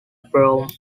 broome